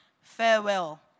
Farewell